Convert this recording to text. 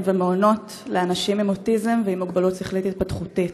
ומעונות לאנשים עם אוטיזם ועם מוגבלות שכלית-התפתחותית.